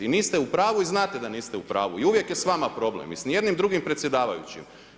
I niste u pravu i znate da niste u pravu i uvijek je sa vama problem, s ni jednim drugim predsjedavajućim.